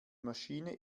maschine